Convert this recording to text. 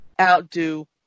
outdo